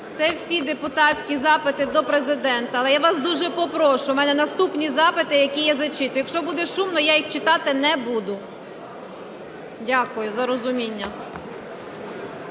це всі депутатські запити до Президента. Але я вас дуже попрошу, у мене наступні запити, які я зачитую, якщо буде шумно, я їх читати не буду. Дякую за розуміння.